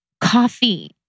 Coffee